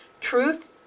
Truth